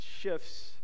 shifts